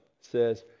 says